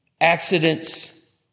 accidents